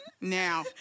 now